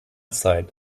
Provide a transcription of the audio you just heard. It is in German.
zeit